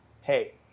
hey